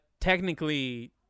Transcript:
technically